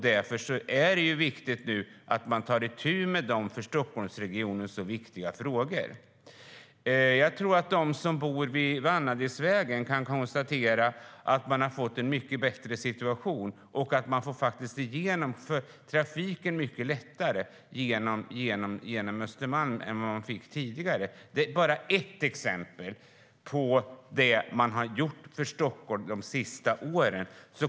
Därför är det viktigt att man nu tar itu med dessa för Stockholmsregionen så viktiga frågor. De som bor vid Vanadisvägen kan konstatera att de har fått en mycket bättre situation. Man får igenom trafiken mycket lättare genom Östermalm än vad man fick tidigare. Det är bara ett exempel på vad man har gjort för Stockholm de senaste åren.